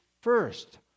first